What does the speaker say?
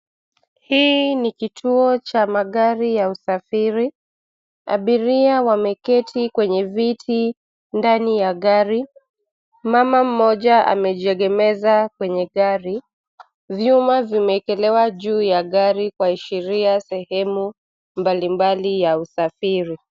Hii ni kituo cha magari ya usafiri, abiria wameketi kwenye viti ndani ya gari. Mama mmoja amejiengemeza kwenye gari, vyuma vimewekelewa juu ya gari kuashiria sehemu mbalimbali ya usafiri.